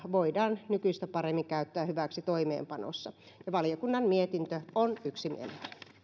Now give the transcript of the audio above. voidaan nykyistä paremmin käyttää hyväksi toimeenpanossa valiokunnan mietintö on yksimielinen